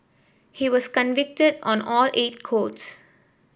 he was convicted on all eight courts